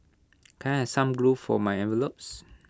can I some glue for my envelopes